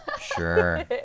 sure